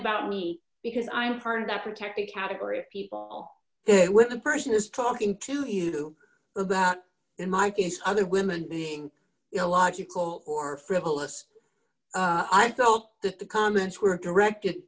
about me because i'm part of that protected category of people when the person is talking to you about in my case other women being illogical or frivolous i thought that the comments were directed